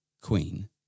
queen